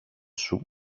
σου